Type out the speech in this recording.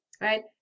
right